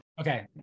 Okay